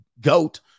goat